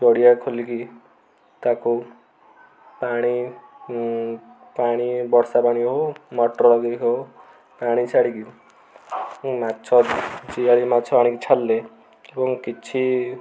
ପଡ଼ିଆ ଖୋଲିକି ତାକୁ ପାଣି ପାଣି ବର୍ଷାପାଣି ହୋଉ ମୋଟର୍ ଲଗେଇକି ହେଉ ପାଣି ଛାଡ଼ିକି ମାଛ ଜିଆଳି ମାଛ ଆଣିକି ଛାଡ଼ିଲେ ଏବଂ କିଛି